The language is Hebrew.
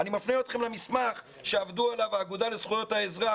אני מפנה אתכם למסמך שעבדו עליו האגודה לזכויות האזרח